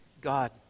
God